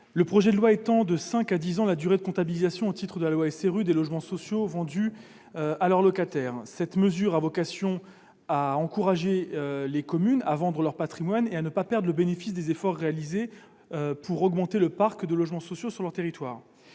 Le projet de loi étend de cinq à dix ans la durée de comptabilisation au titre de la loi SRU des logements sociaux vendus à leurs locataires. Cette mesure a vocation à encourager les communes à vendre leur patrimoine, en leur évitant de perdre le bénéfice des efforts réalisés pour augmenter le parc de logements sociaux sur leur territoire.